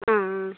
ആ ആ